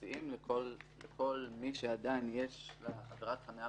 כל מי שיש אצלו עבירת חניה